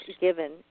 given